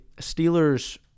Steelers